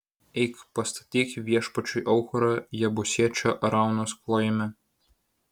eik pastatyk viešpačiui aukurą jebusiečio araunos klojime